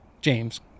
James